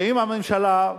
ואם הממשלה,